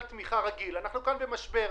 תמיכה רגיל כי אנחנו נמצאים במשבר.